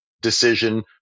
decision